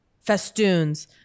festoons